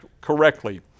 correctly